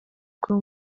bwo